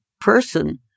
person